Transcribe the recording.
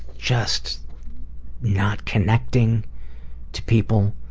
just not connecting to people.